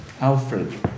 Alfred